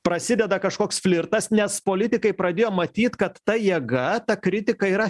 prasideda kažkoks flirtas nes politikai pradėjo matyt kad ta jėga ta kritika yra